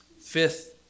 Fifth